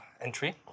entry